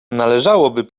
należałoby